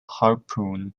harpoon